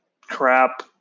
crap